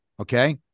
Okay